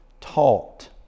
taught